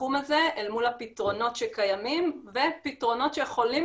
בתחום הזה אל מול הפתרונות שקיימים ופתרונות שיכולים